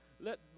Let